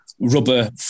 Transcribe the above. rubber